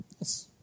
Yes